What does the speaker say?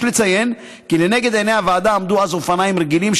יש לציין כי לנגד עיני הוועדה עמדו אז אופניים רגילים,